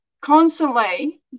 constantly